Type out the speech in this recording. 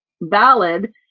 valid